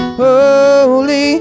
holy